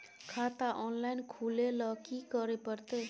खाता ऑनलाइन खुले ल की करे परतै?